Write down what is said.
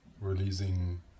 releasing